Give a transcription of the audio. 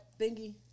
thingy